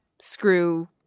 screw